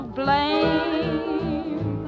blame